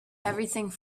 everything